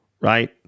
right